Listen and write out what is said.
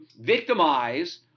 victimize